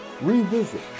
revisit